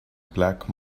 black